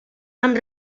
amb